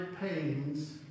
pains